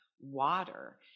water